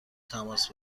تماس